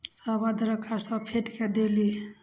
सब अदरक आर सब फेटि कए देली